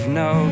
no